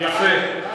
יפה.